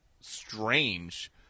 strange